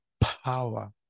power